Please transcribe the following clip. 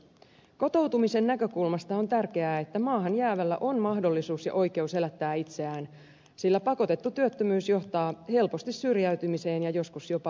kotoutumisen näkökulmasta on tärkeää että maahan jäävällä on mahdollisuus ja oikeus elättää itseään sillä pakotettu työttömyys johtaa helposti syrjäytymiseen ja joskus jopa rikollisuuteen